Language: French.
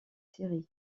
séries